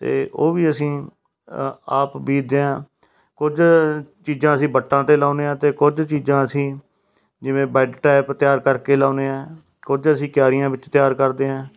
ਅਤੇ ਉਹ ਵੀ ਅਸੀਂ ਅ ਆਪ ਬੀਜਦੇ ਹਾਂ ਕੁਝ ਚੀਜ਼ਾਂ ਅਸੀਂ ਵੱਟਾਂ 'ਤੇ ਲਾਉਂਦੇ ਹਾਂ ਅਤੇ ਕੁਝ ਚੀਜ਼ਾਂ ਅਸੀਂ ਜਿਵੇਂ ਬੈਡ ਟਾਇਪ ਤਿਆਰ ਕਰਕੇ ਲਾਉਂਦੇ ਹਾਂ ਕੁਝ ਅਸੀਂ ਕਿਆਰੀਆਂ ਵਿੱਚ ਤਿਆਰ ਕਰਦੇ ਹਾਂ